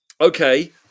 Okay